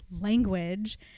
language